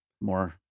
more